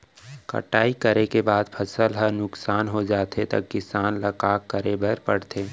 कटाई करे के बाद फसल ह नुकसान हो जाथे त किसान ल का करे बर पढ़थे?